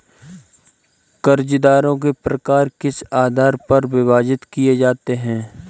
कर्जदारों के प्रकार किस आधार पर विभाजित किए जाते हैं?